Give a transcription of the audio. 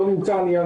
לא מונעת.